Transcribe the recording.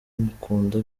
amukunda